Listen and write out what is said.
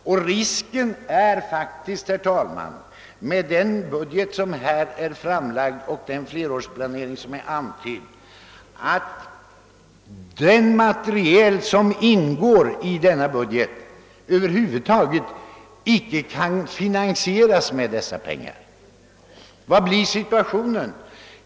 Med den framlagda budgeten och den antydda flerårsplaneringen fö religger faktiskt, herr talman, risken att den materiel som ingår i denna budget över huvud taget inte kan finansieras med dessa pengar. Hur blir situationen?